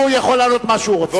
הוא יכול לענות מה שהוא רוצה.